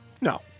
No